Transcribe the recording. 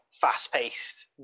fast-paced